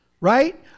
right